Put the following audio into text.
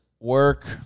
work